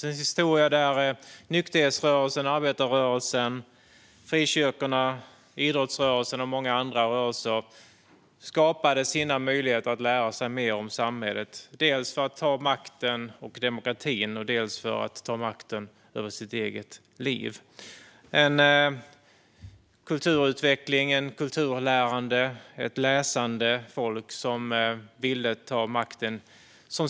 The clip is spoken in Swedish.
Det är en historia där nykterhetsrörelsen, arbetarrörelsen, frikyrkorna, idrottsrörelsen och många andra rörelser skapade sina möjligheter att lära sig mer om samhället, dels för att ta makten och demokratin, dels för att ta makten över sitt eget liv. Det skedde en kulturutveckling och ett kulturlärande. Ett läsande folk ville ta makten.